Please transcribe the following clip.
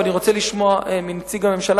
ואני רוצה לשמוע מנציג הממשלה,